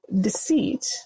deceit